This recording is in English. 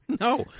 No